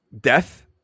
death